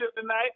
tonight